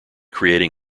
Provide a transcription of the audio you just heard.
creating